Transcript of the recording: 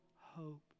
hope